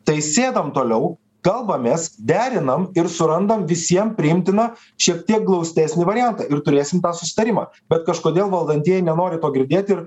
tai sėdam toliau kalbamės derinam ir surandam visiems priimtiną šiek tiek glaustesnį variantą ir turėsim tą susitarimą bet kažkodėl valdantieji nenori to girdėt ir